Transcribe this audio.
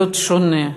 להיות שונה,